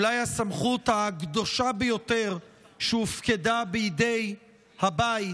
אולי הסמכות הקדושה ביותר שהופקדה בידי הבית,